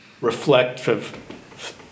reflective